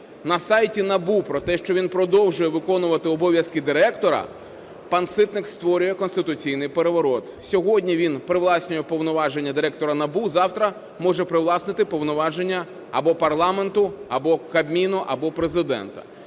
на сайті НАБУ про те, що він продовжує виконувати обов'язки директора, пан Ситник створює конституційний переворот. Сьогодні він привласнює повноваження Директора НАБУ, завтра може привласнити повноваження або парламенту, або Кабміну, або Президента.